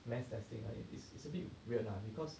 mass testing right it's it's a bit weird lah because